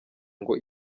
ngo